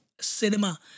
cinema